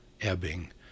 ebbing